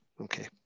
Okay